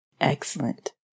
excellent